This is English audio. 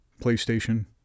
PlayStation